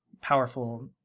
powerful